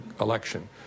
election